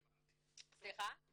סליחה,